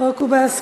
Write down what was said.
החוק הוא בהסכמה,